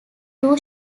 two